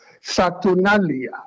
Saturnalia